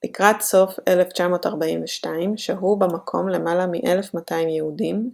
לקראת סוף 1942 שהו במקום למעלה מ-1,200 יהודים,